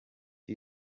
you